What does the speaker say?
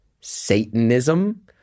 Satanism